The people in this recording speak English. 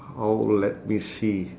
how old let me see